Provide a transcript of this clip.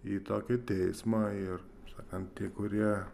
į tokį teismą ir kaip sakant tie kurie